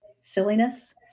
silliness